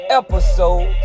episode